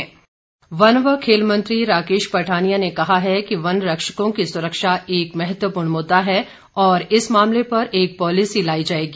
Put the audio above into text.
one मंत्री वन व खेल मंत्री राकेश पठानिया ने कहा है कि वन रक्षकों की सुरक्षा एक महत्वपूर्ण मुद्दा है और इस मामले पर एक पॉलिसी लाई जाएगी